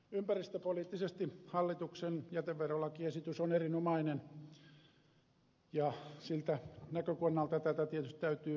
ympäristöpoliittisesti hallituksen jäteverolakiesitys on erinomainen ja siltä näkökannalta tätä tietysti täytyy vahvasti tarkastella